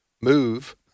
move